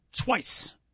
twice